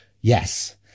yes